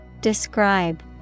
Describe